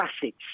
classic